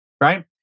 right